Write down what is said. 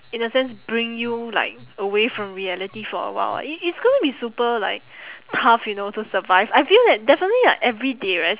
in a sense bring you like away from reality for awhile it it's gonna be super like tough you know to survive I feel that definitely like everyday right